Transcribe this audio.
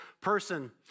person